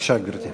בבקשה, גברתי.